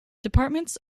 departments